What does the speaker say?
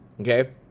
Okay